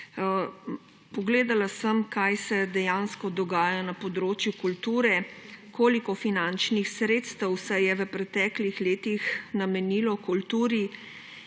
Pogledala sem, kaj se dejansko dogaja na področju kulture, koliko finančnih sredstev se je v preteklih letih namenilo kulturi